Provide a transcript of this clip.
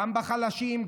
גם בחלשים,